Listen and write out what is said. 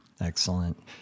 Excellent